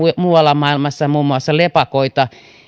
muualla maailmassa muun muassa lepakoita